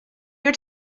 your